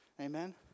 Amen